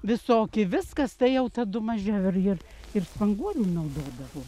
visoki viskas tai jau tadu mažiau ir ir ir spanguolių naudodavo